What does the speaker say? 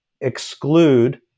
exclude